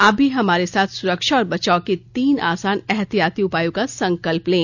आप भी हमारे साथ सुरक्षा और बचाव के तीन आसान एहतियाती उपायों का संकल्प लें